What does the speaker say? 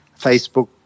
Facebook